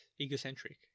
egocentric